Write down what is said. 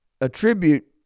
attribute